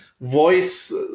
voice